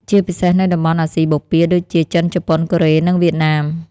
ជាពិសេសនៅតំបន់អាស៊ីបូព៌ាដូចជា ចិន ជប៉ុន កូរ៉េ និងវៀតណាម។